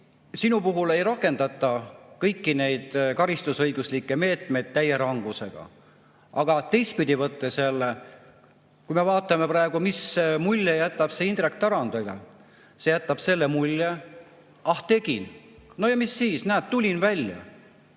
sinu puhul ei rakendata kõiki karistusõiguslikke meetmeid täie rangusega. Aga teistpidi võttes, kui me vaatame, mis mulje jätab see Indrek Tarandile? See jätab selle mulje: ah, tegin, no ja mis siis!? Näed, tulin välja!